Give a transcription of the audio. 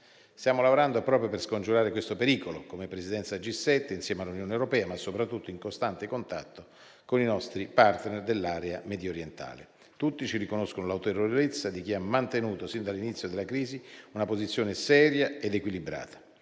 Stiamo lavorando proprio per scongiurare questo pericolo come Presidenza G7, insieme all'Unione europea, ma soprattutto in costante contatto con i nostri *partner* dell'area mediorientale. Tutti ci riconoscono l'autorevolezza di chi ha mantenuto sin dall'inizio della crisi una posizione seria ed equilibrata